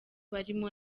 barimo